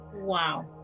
Wow